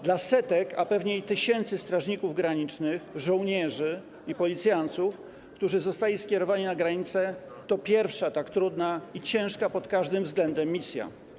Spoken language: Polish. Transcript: Dla setek, a pewnie i tysięcy, strażników granicznych, żołnierzy i policjantów, którzy zostali skierowani na granicę, to pierwsza tak trudna pod każdym względem misja.